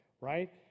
right